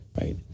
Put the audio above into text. right